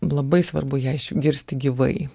labai svarbu ją išgirsti gyvai